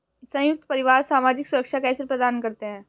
संयुक्त परिवार सामाजिक सुरक्षा कैसे प्रदान करते हैं?